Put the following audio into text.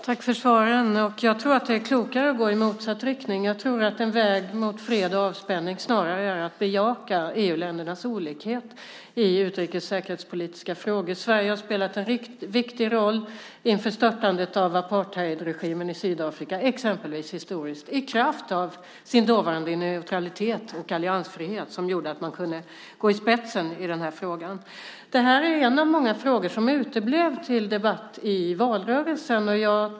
Herr talman! Tack för svaren. Jag tror att det är klokare att gå i motsatt riktning. Jag tror att en väg mot fred och avspänning snarare är att bejaka EU-ländernas olikhet i utrikes och säkerhetspolitiska frågor. Sverige har exempelvis historiskt spelat en viktig roll inför störtandet av apartheidregimen i Sydafrika. Det gjorde Sverige i kraft av sin dåvarande neutralitet och alliansfrihet som gjorde att man kunde gå i spetsen i den frågan. Det här är en av många frågor som uteblev till debatt i valrörelsen.